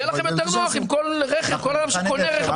כל הרכב פטור.